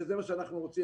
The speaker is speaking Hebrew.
וזה מה שאנחנו רוצים.